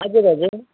हजुर हजुर